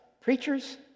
preachers